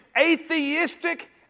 atheistic